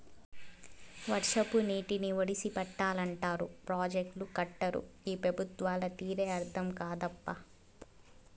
వర్షపు నీటిని ఒడిసి పట్టాలంటారు ప్రాజెక్టులు కట్టరు ఈ పెబుత్వాల తీరే అర్థం కాదప్పా